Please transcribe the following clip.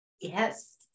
Yes